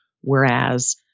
whereas